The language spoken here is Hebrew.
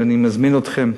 ואני מזמין אתכם,